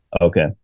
Okay